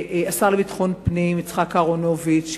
והשר לביטחון פנים יצחק אהרונוביץ,